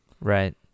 Right